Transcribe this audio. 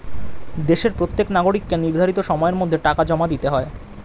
দেশের প্রত্যেক নাগরিককে নির্ধারিত সময়ের মধ্যে টাকা জমা দিতে হয়